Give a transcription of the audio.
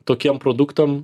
tokiem produktam